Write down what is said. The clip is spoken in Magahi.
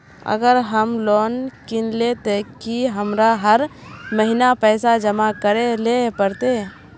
अगर हम लोन किनले ते की हमरा हर महीना पैसा जमा करे ले पड़ते?